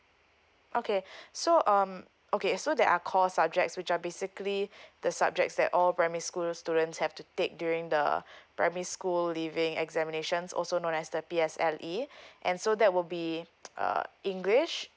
okay so um okay so there are core subjects which are basically the subjects that all primary school students have to take during the primary school leaving examination also known as the P_S_L_E and so that will be uh english